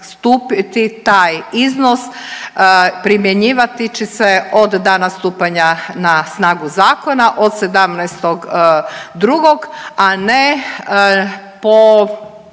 stupiti taj iznos, primjenjivati će se od dana stupanja na snagu zakona od 17.2., a ne po